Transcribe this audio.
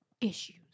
issues